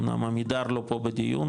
אמנם עמידר לא פה בדיון,